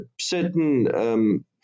certain